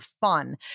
fun